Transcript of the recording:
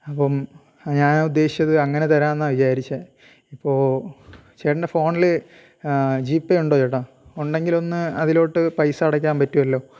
അപ്പം ഞാൻ ഉദ്ദേശിച്ചത് അങ്ങനെ തരാം എന്നാണ് വിചാരിച്ചത് ഇപ്പോൾ ചേട്ടൻ്റെ ഫോണിൽ ജി പേ ഉണ്ടോ ചേട്ടാ ഉണ്ടെങ്കിൽ ഒന്ന് അതിലോട്ട് പൈസ അടയ്ക്കാൻ പറ്റുമല്ലോ